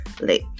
late